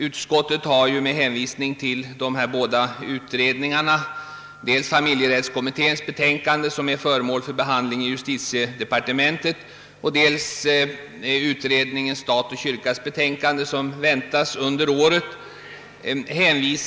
Utskottet har hänvisat till två utredningar, dels familjerättskommittén, vars betänkande är föremål för behandling i justitiedepartementet, och dels utredningen kyrka— stat, vars betänkande väntas under året.